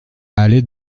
allez